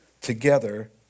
together